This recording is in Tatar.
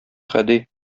гади